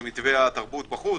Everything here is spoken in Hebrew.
במתווה התרבות בחוץ,